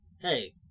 Hey